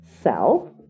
cell